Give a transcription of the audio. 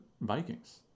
Vikings